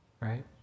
right